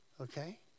Okay